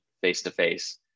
face-to-face